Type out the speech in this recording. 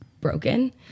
broken